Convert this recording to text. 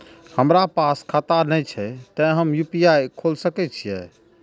हमरा पास खाता ने छे ते हम यू.पी.आई खोल सके छिए?